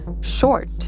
short